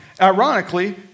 ironically